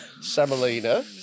Semolina